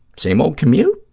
same old commute.